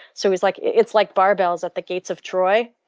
so it's like it's like barbells at the gates of troy,